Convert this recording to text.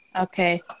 Okay